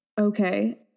Okay